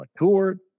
matured